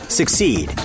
succeed